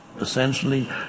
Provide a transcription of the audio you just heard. Essentially